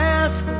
ask